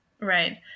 right